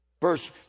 Verse